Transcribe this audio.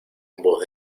voz